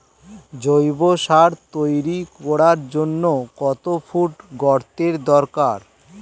জৈব সার তৈরি করার জন্য কত ফুট গর্তের দরকার?